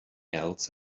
else